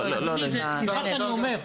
לא אדוני, סליחה שאני אומר.